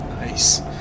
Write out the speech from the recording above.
nice